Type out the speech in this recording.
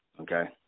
Okay